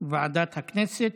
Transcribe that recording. ועדת הכנסת.